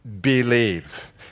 believe